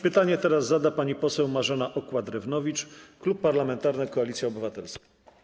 Pytanie zada pani poseł Marzena Okła-Drewnowicz, Klub Parlamentarny Koalicja Obywatelska.